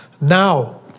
now